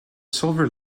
silver